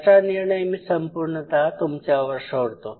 याचा निर्णय मी संपूर्णत तुमच्यावर सोडतो